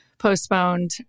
postponed